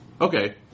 Okay